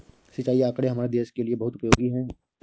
सिंचाई आंकड़े हमारे देश के लिए बहुत उपयोगी है